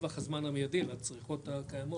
בטווח הזמן המיידי והצריכות הקיימות